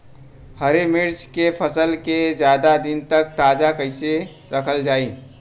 हरि मिर्च के फसल के ज्यादा दिन तक ताजा कइसे रखल जाई?